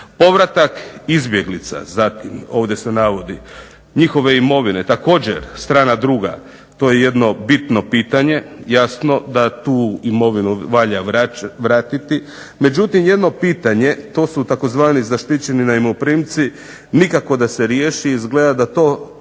Povratak izbjeglica zatim ovdje se navodi, njihove imovine također str. 2. to je jedno bitno pitanje. Jasno da tu imovinu valja vratiti. Međutim jedno pitanje to su tzv. zaštićeni najmoprimci, nikako da se riješi, izgleda da to